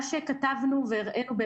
מה שכתבנו והראנו,